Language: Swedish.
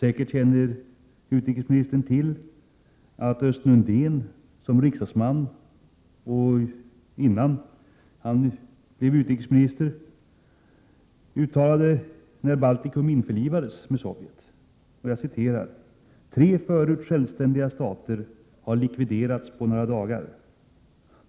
Säkert känner utrikesministern till att Östen Undén som riksdagsman, innan han blev utrikesminister, när Baltikum införlivades med Sovjet uttalade: ”Tre förut självständiga stater har likviderats på några dagar.